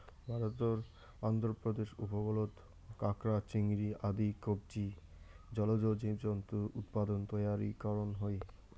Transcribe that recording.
ভারতর অন্ধ্রপ্রদেশ উপকূলত কাকড়া, চিংড়ি আদি কবচী জলজ জীবজন্তুর উৎপাদন ও তৈয়ারী করন হই